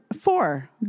Four